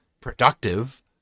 productive